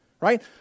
right